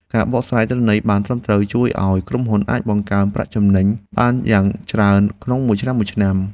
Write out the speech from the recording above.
ការបកស្រាយទិន្នន័យបានត្រឹមត្រូវជួយឱ្យក្រុមហ៊ុនអាចបង្កើនប្រាក់ចំណេញបានយ៉ាងច្រើនក្នុងមួយឆ្នាំៗ។